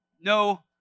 No